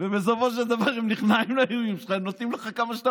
לא מכירים אותך.